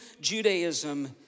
Judaism